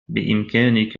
بإمكانك